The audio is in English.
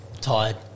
Tired